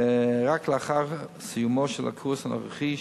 רק לאחר סיומו של הקורס הנוכחי,